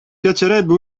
piacerebbe